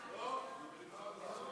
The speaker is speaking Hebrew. חבר הכנסת